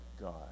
God